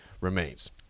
remains